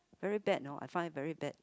really bad you know I found it very bad